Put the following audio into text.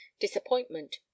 disappointment